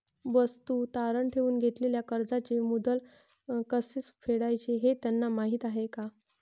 वस्तू तारण ठेवून घेतलेल्या कर्जाचे मुद्दल कसे फेडायचे हे त्यांना माहीत आहे का?